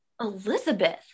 Elizabeth